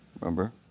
Remember